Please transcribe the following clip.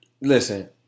listen